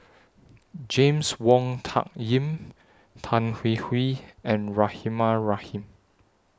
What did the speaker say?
James Wong Tuck Yim Tan Hwee Hwee and Rahimah Rahim